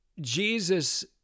Jesus